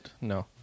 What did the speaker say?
No